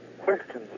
questions